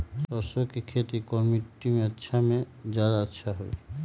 सरसो के खेती कौन मिट्टी मे अच्छा मे जादा अच्छा होइ?